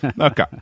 Okay